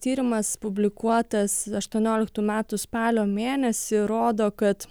tyrimas publikuotas aštuonioliktų metų spalio mėnesį rodo kad